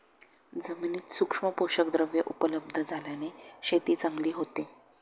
जमिनीत सूक्ष्म पोषकद्रव्ये उपलब्ध झाल्याने शेती चांगली होते